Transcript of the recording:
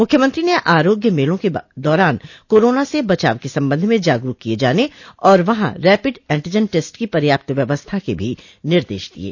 मुख्यमंत्री ने आरोग्य मेलो के दौरान कोरोना से बचाव के संबंध में जागरूक किये जाने और वहां रैपिड एंटीजन टेस्ट की पर्याप्त व्यवस्था के भी निर्देश दिये